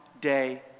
day